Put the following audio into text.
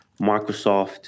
Microsoft